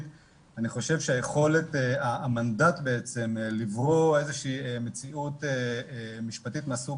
אני חושב שהמנדט לברוא איזה שהיא מציאות משפטית מהסוג